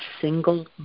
single